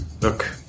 Look